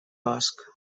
bosc